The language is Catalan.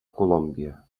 colòmbia